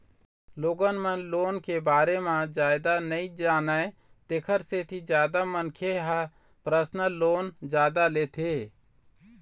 लोगन मन लोन के बारे म जादा नइ जानय तेखर सेती जादा मनखे ह परसनल लोन जादा लेथे